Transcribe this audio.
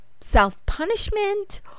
self-punishment